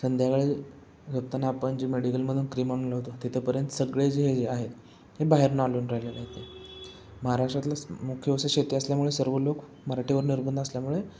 संध्याकाळी झोपताना आपण जे मेडिकलमधून क्रीम आणून लावतो तिथपर्यंत सगळे जे हे जे आहेत हे बाहेरन आलून राहिलेले आहेत महाराष्ट्रातला मुख्य व्यवसाय शेती असल्यामुळं सर्व लोक मराठीवर निर्भर असल्यामुळे